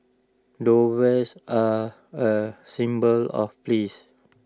doves are A symbol of please